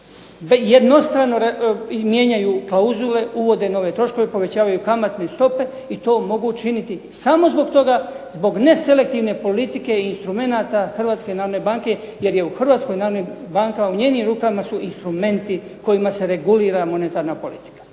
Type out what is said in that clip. jednostrano mijenjaju klauzule, uvode nove troškove, povećavaju kamatne stope i to mogu činiti samo zbog toga, zbog neselektivne politike instrumenata Hrvatske narodne banke jer je u Hrvatskoj narodnoj banci u njenim rukama su instrumenti kojima se regulira monetarna politika